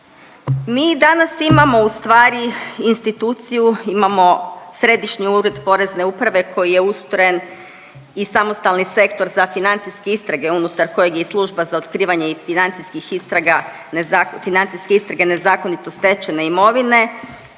Mi danas imamo ustvari instituciju, imamo Središnji ured Porezne uprave koji je ustrojen i samostalni Sektor za financijske istrage unutar kojeg je i Služba za otkrivanje financijskih istraga neza…, financijske istrage nezakonito stečene imovine